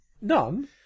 None